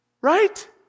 right